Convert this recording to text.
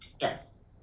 Yes